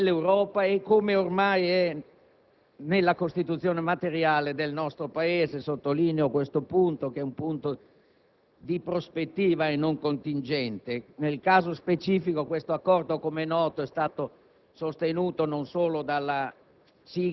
dell'Europa e come ormai è previsto nella Costituzione materiale del nostro Paese. Sottolineo questo che è un punto di prospettiva e non contingente. Nel caso specifico, questo accordo - come è noto - è stato sostenuto non solo dalla